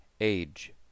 Age